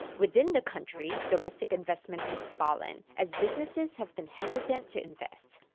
within the country, domestic investment has fallen as businesses have been hesitant to invest.